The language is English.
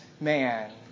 man